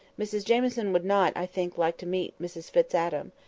mrs jamieson would not, i think, like to meet mrs fitz-adam.